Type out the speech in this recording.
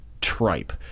tripe